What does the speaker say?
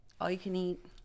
All-you-can-eat